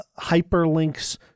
hyperlinks